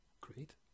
Great